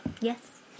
Yes